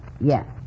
Yes